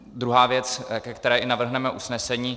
Druhá věc, ke které navrhneme usnesení.